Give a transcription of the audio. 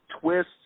twists